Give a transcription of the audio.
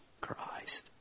Christ